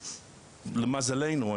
למזלנו,